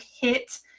hit